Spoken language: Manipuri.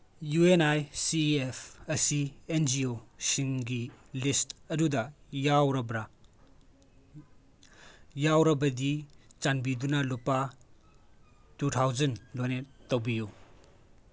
U N I C E F ꯑꯁꯤ ꯑꯦꯟꯖꯤꯌꯣꯁꯤꯡꯒꯤ ꯂꯤꯁ ꯑꯗꯨꯗ ꯌꯥꯎꯔꯕ꯭ꯔꯥ ꯌꯥꯎꯔꯕꯗꯤ ꯆꯥꯟꯕꯤꯗꯨꯅ ꯂꯨꯄꯥ ꯇꯨ ꯊꯥꯎꯖꯟ ꯗꯣꯅꯦꯠ ꯇꯧꯕꯤꯌꯨ